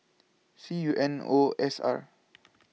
C U N O S R